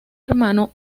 hermano